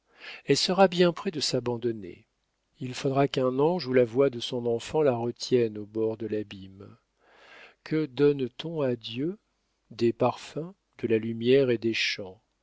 elle sera bien près de s'abandonner il faudra qu'un ange ou la voix de son enfant la retienne au bord de l'abîme que donne-t-on à dieu des parfums de la lumière et des chants